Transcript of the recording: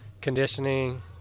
conditioning